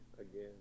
again